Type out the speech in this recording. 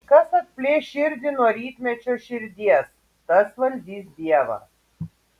kas atplėš širdį nuo rytmečio širdies tas valdys dievą